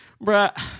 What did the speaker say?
Bruh